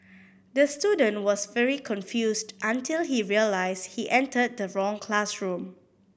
the student was very confused until he realised he entered the wrong classroom